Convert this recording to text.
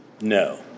No